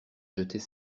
jetait